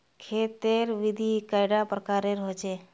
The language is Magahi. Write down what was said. खेत तेर विधि कैडा प्रकारेर होचे?